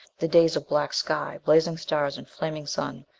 the days of black sky, blazing stars and flaming sun,